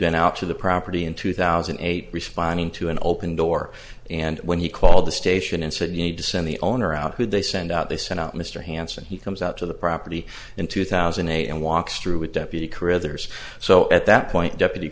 been out to the property in two thousand and eight responding to an open door and when he called the station and said you need to send the owner out who they send out they sent out mr hanson he comes out to the property in two thousand and eight and walks through a deputy critters so at that point deputy